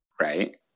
right